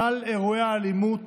שלל אירועי האלימות